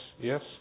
yes